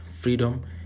freedom